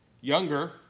younger